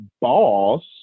boss